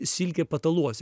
silkė pataluose